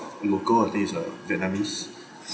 local I think he's like a vietnamese